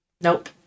nope